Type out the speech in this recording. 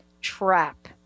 Trap